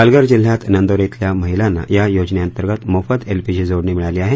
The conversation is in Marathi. पालघर जिल्ह्यात नंदोरे इथल्या महिलांना या योजनेअंतर्गत मोफत एलपीजी जोडणी मिळाली आहे